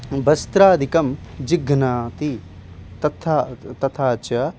वस्त्रादिकं जिघ्नाति तथा तथा च